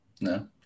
No